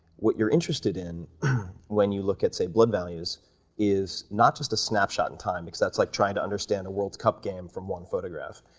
what you're interested in when you look at blood values is not just a snapshot in time because that's like trying to understand a world's cup game from one photograph.